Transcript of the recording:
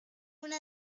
una